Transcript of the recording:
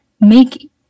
make